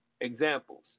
examples